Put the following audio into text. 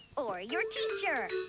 or your teacher!